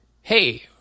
hey